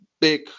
big